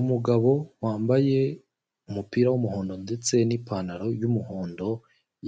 Umugabo wambaye umupira w'umuhondo ndetse n'ipanaro y'umuhondo